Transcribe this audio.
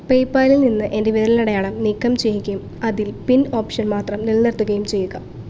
പേയ്പാലിൽ നിന്ന് എൻ്റെ വിരലടയാളം നീക്കം ചെയ്യുകയും അതിൽ പിൻ ഓപ്ഷൻ മാത്രം നില നിർത്തുകയും ചെയ്യുക